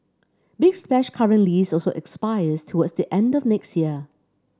big Splash's current lease also expires towards the end of next year